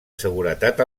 seguretat